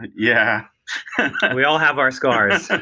yeah we all have our scars